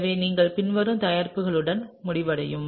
எனவே நீங்கள் பின்வரும் தயாரிப்புடன் முடிவடையும்